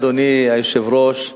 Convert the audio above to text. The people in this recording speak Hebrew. אדוני היושב-ראש,